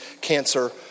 cancer